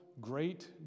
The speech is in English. great